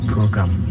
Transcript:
Program